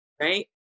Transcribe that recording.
right